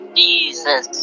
jesus